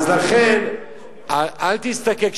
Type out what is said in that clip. אז לכן, אל תסתכל.